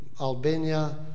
Albania